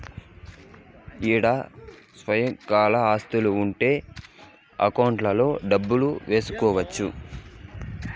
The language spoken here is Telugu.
ఈడ స్వల్పకాల ఆస్తులు ఉంటే అకౌంట్లో డబ్బులు వేసుకోవచ్చు